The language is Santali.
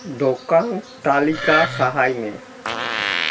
ᱫᱚᱠᱟᱱ ᱛᱟᱹᱞᱤᱠᱟ ᱥᱟᱦᱟᱭ ᱢᱮ